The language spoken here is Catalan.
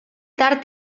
tard